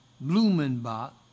Blumenbach